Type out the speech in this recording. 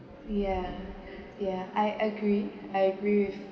yeah yeah I agree I agree with